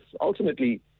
ultimately